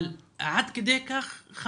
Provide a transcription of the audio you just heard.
אבל עד כדי כך?